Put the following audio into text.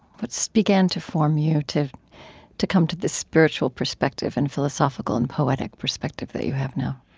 what so began to form you to to come to this spiritual perspective and philosophical and poetic perspective that you have now?